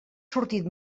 sortit